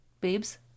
Babes